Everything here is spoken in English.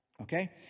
okay